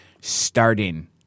starting